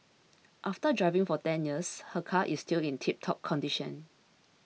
after driving for ten years her car is still in tiptop condition